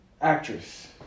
actress